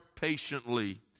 patiently